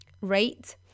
rate